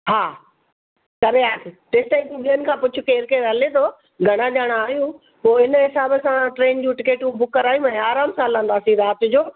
हा परे आहे तेसि तईं तूं ॿियनि खां पुछ केरु केरु हले थो घणा ॼणा आयूं पो हिन हिसाब सां ट्रेन जूं टिकटू बुक करायूं ऐं आराम सां हलंदासी राति जो